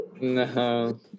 No